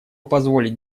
позволить